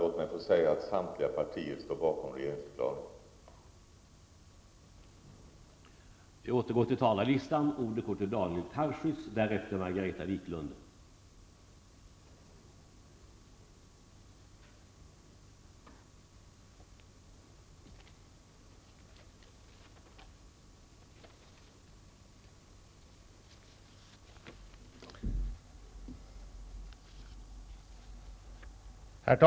Låt mig få säga att samtliga partier står bakom regeringsförklaringen.